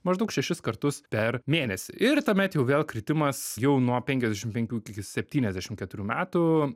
maždaug šešis kartus per mėnesį ir tuomet jau vėl kritimas jau nuo penkiasdešim penkių iki septyniasdešim keturių metų